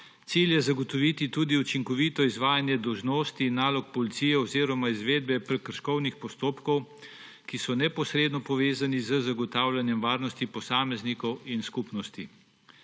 Cilj je zagotoviti tudi učinkovito izvajanje dolžnosti in nalog policije oziroma izvedbe prekrškovnih postopkov, ki so neposredno povezani z zagotavljanjem varnosti posameznikov in skupnosti.